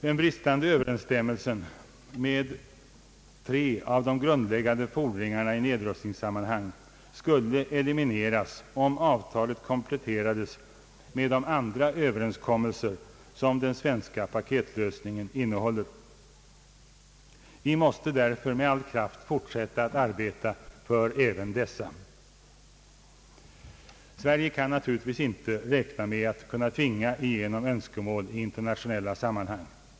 Den bristande Ööverensstämmelsen med de grundläggande fordringarna i nedrustningssammanhang skulle elimineras om avtalet kompletterades med de andra överenskommelser som den svenska paketlösningen innehåller. Vi måste därför med all kraft fortsätta att arbeta även för dessa. Sverige bör naturligtvis inte räkna med att kunna tvinga igenom önskemål i internationella sammanhang.